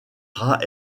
rats